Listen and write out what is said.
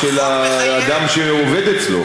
של האדם שעובד אצלו.